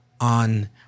On